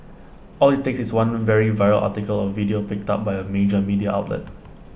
all IT takes is one very viral article or video picked up by A major media outlet